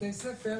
בתי ספר,